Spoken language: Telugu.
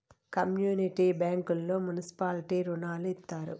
కమ్యూనిటీ బ్యాంకుల్లో మున్సిపాలిటీ రుణాలు ఇత్తారు